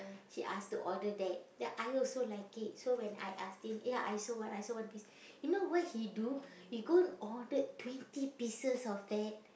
she ask to order that then I also like it so when I asked him eh I also want I also want please you know what he do he go ordered twenty pieces of that